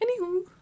Anywho